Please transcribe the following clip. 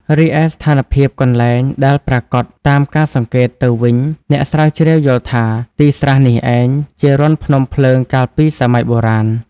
រីឯស្ថានភាពកន្លែង ដែលប្រាកដតាមការសង្កេតទៅវិញ អ្នកស្រាវជ្រាវយល់ថា ទីស្រះនេះឯង ជារន្ធភ្នំភ្លើងកាលពីសម័យបុរាណ។